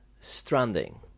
Stranding